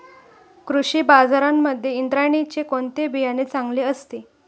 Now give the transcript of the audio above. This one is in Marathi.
कृषी बाजारांमध्ये इंद्रायणीचे कोणते बियाणे चांगले असते?